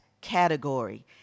category